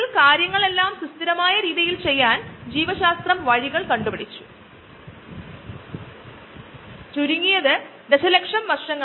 ഇന്നോകുലത്തിൽ ഉള്ള കോശങ്ങൾ കൂടുതൽ കോശങ്ങൾ ഉണ്ടാക്കുക അത് ലാക്റ്റിക് ആസിഡ് എന്ന ഉൽപ്പന്നം ഉണ്ടാകുന്നു ഈ ലാക്റ്റിക് ആസിഡ് നമ്മുടെ പാലിനെ പലതും ചെയ്ത് തൈര് നൽകുന്നു